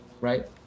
right